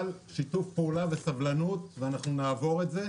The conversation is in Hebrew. אבל צריך שיתוף פעולה וסבלנות ואנחנו נעבור את זה.